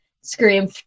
scream